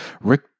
Rick